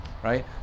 right